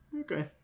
okay